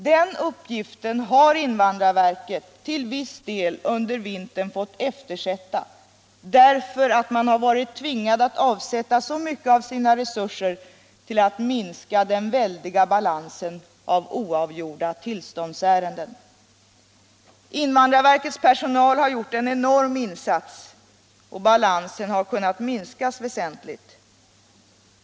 Den uppgiften har invandrarverket under vintern till viss del fått eftersätta därför att man varit tvingad att anslå så mycket av sina resurser till att minska den väldiga balansen av oavgjorda tillståndsärenden. Invandrarverkets personal har gjort en enorm insats, och balansen har kunnat minskas väsentligt.